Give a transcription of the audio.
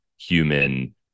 Human